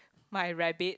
my rabbit